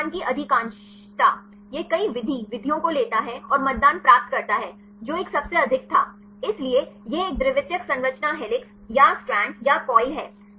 मतदान की अधिकांशता यह कई विधि विधियों को लेता है और मतदान प्राप्त करता है जो एक सबसे अधिक था इसलिए यह एक द्वितीयक संरचना हेलिक्स या स्ट्रैंड या कॉइल है